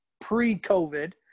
pre-COVID